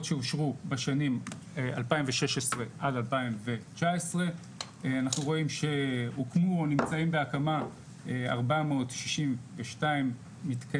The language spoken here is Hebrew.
שאושרו בשנים 2016-2019 אנחנו רואים שהוקמו או נמצאים בהקמה 462 מתקנים,